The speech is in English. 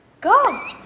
go